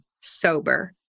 sober